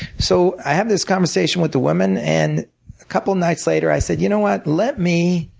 so i had this conversation with the woman, and a couple nights later i said, you know what, let me